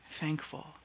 thankful